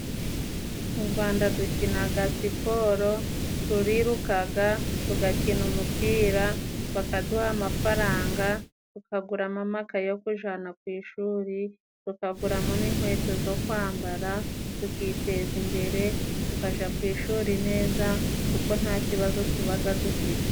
Mu rwanda dukinaga siporo turirukaga ,tugakina umupira bakaduha amafaranga tukaguramo amakayi yoku jana kwishuri, tukaguramo n'inkweto zo kwambara tukiteza imbere tukajya kwishuri neza kuko nta kibazo tubaga dufite.